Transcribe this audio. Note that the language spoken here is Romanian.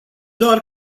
doar